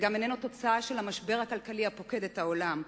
הוא גם לא תוצאה של המשבר הכלכלי הפוקד את העולם.